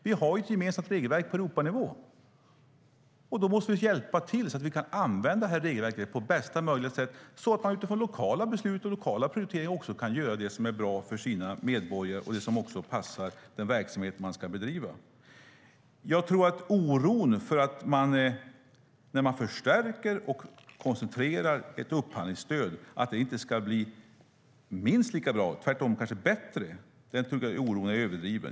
Vi har ett gemensamt regelverk på Europanivå, och då måste vi hjälpa till så att man kan använda det regelverket på bästa möjliga sätt så att man utifrån lokala beslut och prioriteringar kan göra det som är bra för medborgarna och passar den verksamhet som man ska bedriva. Jag tror att oron för att det när man förstärker och koncentrerar ett upphandlingsstöd inte ska bli minst lika bra är överdriven. Tvärtom kanske det blir bättre.